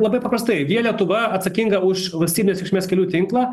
labai paprastai via lietuva atsakinga už valstybės reikšmės kelių tinklą